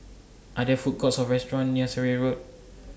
Are There Food Courts Or restaurants near Surrey Road